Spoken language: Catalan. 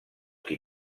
qui